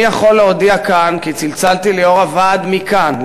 אני יכול להודיע כאן כי צלצלתי ליו"ר הוועד מכאן,